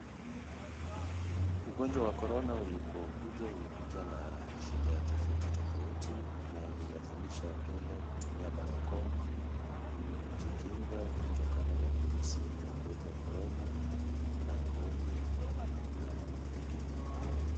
Ugonjwa wa corona ulipokuja ulikuja na shida tofauti tofauti na ililazimisha Wakenya kutumia barakoa, ili kujikinga kutokana na virusi vya ugonjwa wa corona na vumbi na mambo mengine.